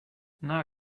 now